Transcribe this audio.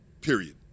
Period